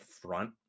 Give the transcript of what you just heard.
front